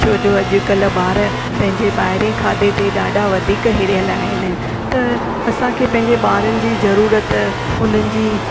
छोजो अॼुकल्ह ॿार पंहिंजे ॿाइरे खाधे ते ॾाढा वधीक हिरियल आहिनि त असांखे पंहिंजे ॿारनि जी ज़रुरत उन्हनि जी